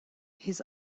his